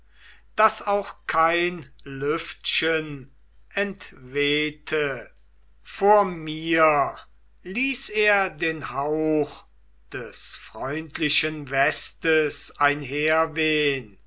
daß auch kein lüftchen entwehte vor mir ließ er den hauch des freundlichen westes einherwehn